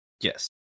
Yes